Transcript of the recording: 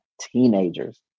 teenagers